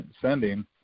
sending